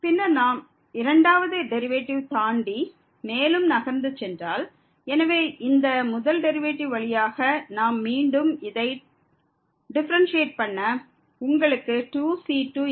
பின்னர் நாம் இரண்டாவது டெரிவேட்டிவை தாண்டி மேலும் நகர்ந்து சென்றால் இந்த முதல் டெரிவேட்டிவ் வழியாக நாம் மீண்டும் இதை டிஃபரன்ஸ்யேட் பண்ண உங்களுக்கு 2 c2 கிடைக்கும்